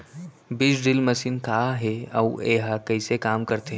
बीज drill machine का हे अऊ एहा कइसे काम करथे?